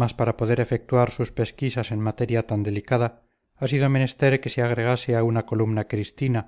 mas para poder efectuar sus pesquisas en materia tan delicada ha sido menester que se agregase a una columna cristina